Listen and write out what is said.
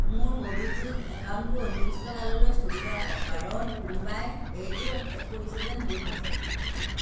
মোৰ ম'বিকুইক একাউণ্টটো অনিৰ্দিষ্টকাললৈ স্থগিত ৰাখক কাৰণ কোনোবাই এইটো হেক কৰিছে যেন বোধ হৈছে